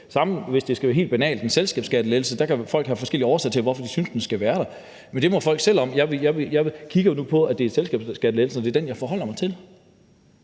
kan man sige det samme om en selskabsskattelettelse. Folk kan have forskellige årsager til, hvorfor de synes, at den skal være der, men det må folk selv om. Jeg kigger nu på, at det er en selskabsskattelettelse, og det er den, jeg forholder mig til.